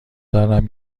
دارم